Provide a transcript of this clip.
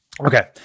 Okay